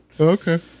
Okay